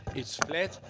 it's flat,